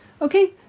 Okay